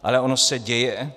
Ale ono se děje.